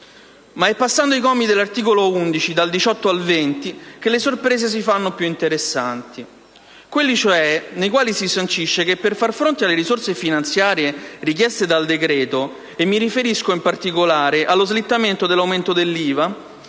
Ma è passando ai commi dell'articolo 11 dal 18 al 20 che le sorprese si fanno più interessanti. Si tratta di quei commi nei quali si sancisce che, per far fronte alle risorse finanziarie richieste dal decreto, e mi riferisco in particolare allo slittamento dell'aumento dell'IVA,